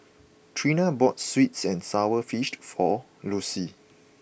Trina bought Sweets and Sour Fished for Lossie